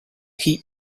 heap